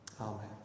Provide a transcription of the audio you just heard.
Amen